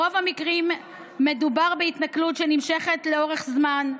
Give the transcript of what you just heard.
ברוב המקרים מדובר בהתנכלות אשר נמשכת לאורך זמן,